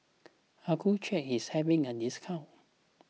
Accucheck is having a discount